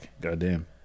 Goddamn